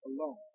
alone